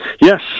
yes